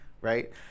right